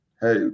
hey